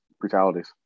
Brutalities